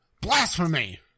Blasphemy